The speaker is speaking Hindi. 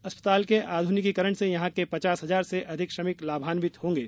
अस्पताल के आधुनिकीकरण से यहां के पचास हजार से अधिक श्रमिक लाभांवित होंगे